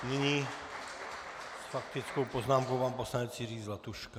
Nyní s faktickou poznámkou pan poslanec Jiří Zlatuška.